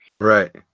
Right